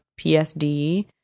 PSD